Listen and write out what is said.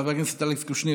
חבר הכנסת אלכס קושניר,